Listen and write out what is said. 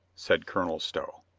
said colonel stow.